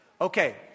Okay